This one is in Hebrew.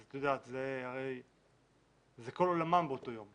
זה כל עולמם באותו יום.